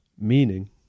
meaning